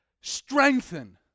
strengthen